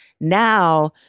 Now